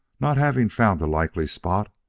not having found a likely spot,